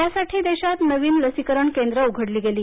यासाठी देशात नवीन लसीकरण केंद्र उघडली गेली